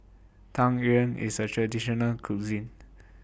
Tang Yuen IS A Traditional Cuisine